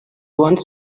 wants